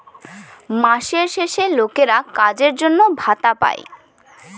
মাসের শেষে লোকেরা কাজের জন্য ভাতা পাই